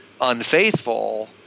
unfaithful